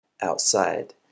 outside